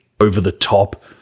over-the-top